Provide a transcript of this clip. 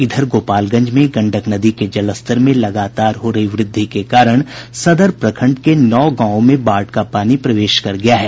इधर गोपालगंज में गंडक नदी के जलस्तर में लगातार हो रही वृद्धि के कारण सदर प्रखंड के नौ गांवों में बाढ़ का पानी प्रवेश कर गया है